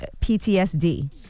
PTSD